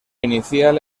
inicial